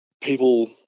people